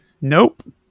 Nope